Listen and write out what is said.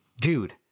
dude